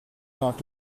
not